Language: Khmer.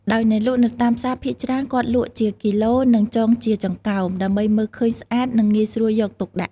ដោយអ្នកលក់នៅតាមផ្សារភាគច្រើនគាត់លក់ជាគីឡូនិងមានចងជាចង្កោម ដើម្បីមើលឃើញស្អាតនិងងាយស្រួលយកទុកដាក់។